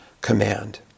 command